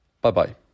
Bye-bye